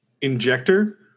injector